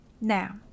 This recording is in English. Now